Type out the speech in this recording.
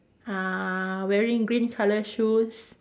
uh wearing green colour shoes